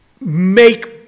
make